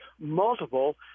multiple